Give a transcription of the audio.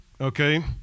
Okay